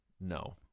No